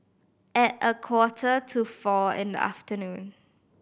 at a quarter to four in the afternoon